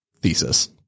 thesis